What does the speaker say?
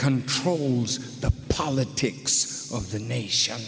controls the politics of the nation